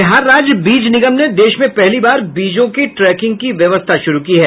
बिहार राज्य बीज निगम ने देश में पहली बार बीजों के ट्रैकिंग की व्यवस्था शुरू की है